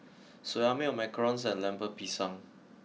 Soya Milk Macarons and Lemper Pisang